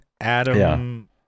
Adam